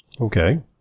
Okay